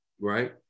Right